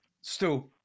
Stu